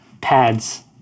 pads